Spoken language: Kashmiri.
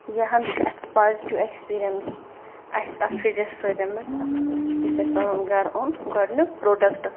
یہِ ہان چھِ اَتھ پازٹِو ایکسپیٖرینس اسہِ اَتھ فرجَس سۭتۍ حظ اَتھ یُس اسہِ پَنُن گَرٕ اون گۄڈنیُک پروڈَکٹ